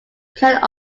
planned